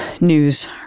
news